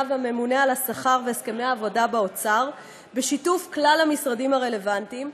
והממונה על השכר והסכמי העבודה באוצר בשיתוף כלל המשרדים הרלוונטיים,